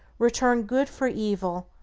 return good for evil,